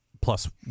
plus